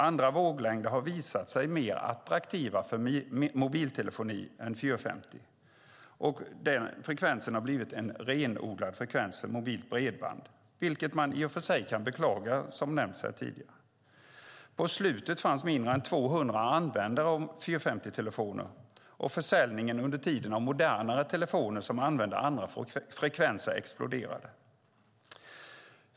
Andra våglängder har visat sig vara mer attraktiva för mobiltelefoni än 450. Den har blivit en renodlad frekvens för mobilt bredband, vilket man - som nämnts tidigare - i och för sig kan beklaga. På slutet fanns mindre än 200 användare av 450-telefoner, och försäljningen av modernare telefoner som använde andra frekvenser exploderade under tiden.